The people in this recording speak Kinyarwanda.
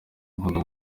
nkunda